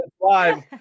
live